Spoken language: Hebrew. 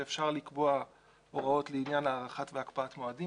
שאפשר לקבוע הוראות לעניין הארכת והקפאת מועדים.